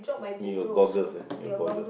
in your goggles eh your goggles